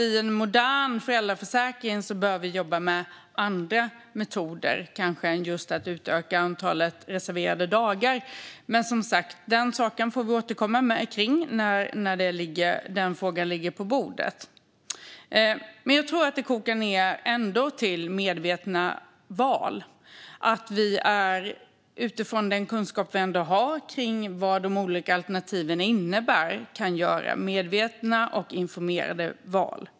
I en modern föräldraförsäkring bör vi jobba med andra metoder än att kanske utöka antalet reserverade dagar. Men den saken får vi återkomma till när den frågan ligger på bordet. Jag tror att det ändå kokar ned till medvetna val. Utifrån den kunskap vi ändå har om vad de olika alternativen innebär kan vi göra medvetna och informerade val.